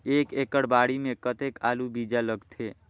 एक एकड़ बाड़ी मे कतेक आलू बीजा लगथे?